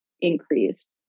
increased